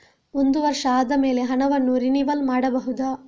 ಒಂದು ವರ್ಷ ಆದಮೇಲೆ ಹಣವನ್ನು ರಿನಿವಲ್ ಮಾಡಬಹುದ?